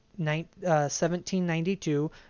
1792